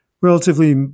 relatively